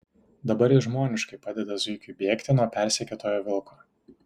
dabar jis žmoniškai padeda zuikiui bėgti nuo persekiotojo vilko